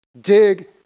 dig